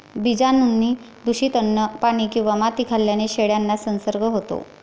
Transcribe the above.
बीजाणूंनी दूषित अन्न, पाणी किंवा माती खाल्ल्याने शेळ्यांना संसर्ग होतो